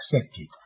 Accepted